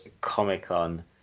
comic-con